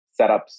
setups